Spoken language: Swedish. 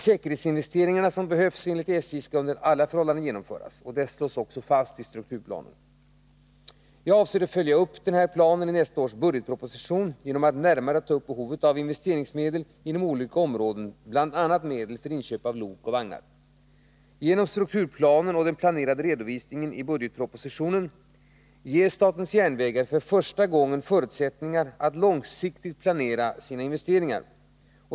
De säkerhetsinveste ringar som behövs enligt SJ skall under alla förhållanden genomföras. Det slås också fast i strukturplanen. Jag avser att följa upp strukturplanen i nästa års budgetproposition genom att närmare ta upp behovet av investeringsmedel inom olika områden, bl.a. medel för inköp av lok och vagnar. Genom strukturplanen och den planerade redovisningen i budgetpropositionen ges SJ för första gången förutsättningar att långsiktigt planera sina investeringar.